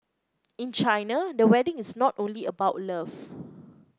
in China the wedding is not only about love